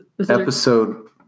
episode